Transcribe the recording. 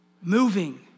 Moving